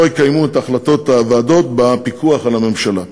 יקיימו את החלטות הוועדות בפיקוח על הממשלה.